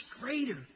greater